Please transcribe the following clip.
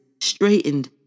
straightened